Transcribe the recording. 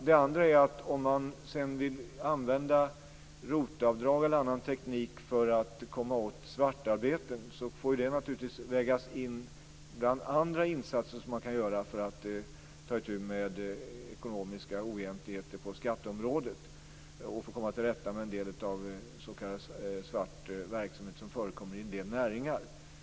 Det andra är att om man sedan vill använda ROT avdrag eller någon annan teknik för att komma åt svartarbeten får det naturligtvis vägas in bland andra insatser som man kan göra för att ta itu med ekonomiska oegentligheter på skatteområdet och för att komma till rätta med en del av s.k. svart verksamhet som förekommer i en del näringar.